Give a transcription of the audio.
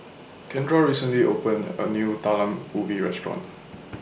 Kendra recently opened A New Talam Ubi Restaurant